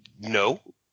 No